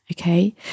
Okay